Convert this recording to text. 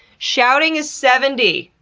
shouting is seventy.